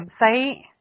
website